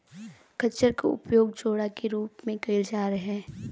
खच्चर क उपयोग जोड़ा के रूप में कैईल जात रहे